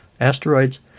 Asteroids